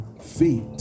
feet